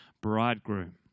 bridegroom